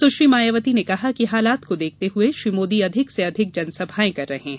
सुश्री मायावती ने कहा कि हालात को देखते हुए श्री मोदी अधिक से अधिक जनसभायें कर रहे हैं